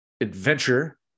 adventure